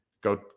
go